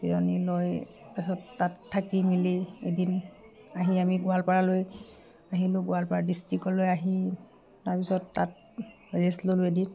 জিৰণি লৈ তাৰ পাছত তাত থাকি মেলি এদিন আহি আমি গোৱালপাৰালৈ আহিলোঁ গোৱালপাৰা ডিষ্ট্ৰিকলৈ আহি তাৰপিছত তাত ৰেষ্ট ল'লোঁ এদিন